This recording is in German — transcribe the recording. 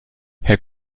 herr